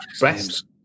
Best